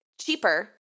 cheaper